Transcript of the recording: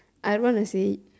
I want to see